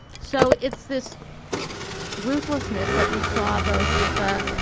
so it's this ruthlessness that we saw. both with the.